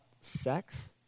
sex